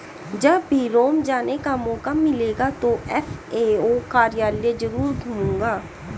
जब भी रोम जाने का मौका मिलेगा तो एफ.ए.ओ कार्यालय जरूर घूमूंगा